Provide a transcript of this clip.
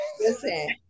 Listen